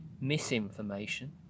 misinformation